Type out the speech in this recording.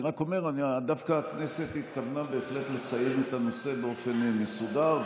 אני רק אומר שהכנסת דווקא התכוונה בהחלט לציין את הנושא באופן מסודר,